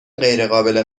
غیرقابل